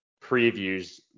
previews